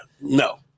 No